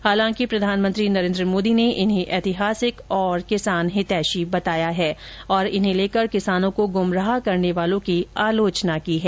हालांकि प्रधानमंत्री नरेन्द्र मोदी ने इन्हें ऐतिहासिक और किसान हितेषी बनाया है और इन्हें लेकर किसानों को गुमराह करने वालों की आलोचना की है